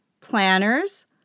planners